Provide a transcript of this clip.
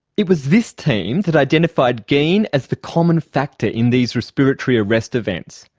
it was this team that identified geen as the common factor in these respiratory arrest events.